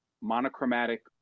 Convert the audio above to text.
monochromatic